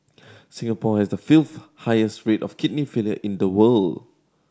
Singapore has the fifth highest rate of kidney failure in the world